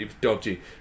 dodgy